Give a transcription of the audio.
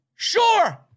Sure